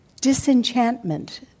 Disenchantment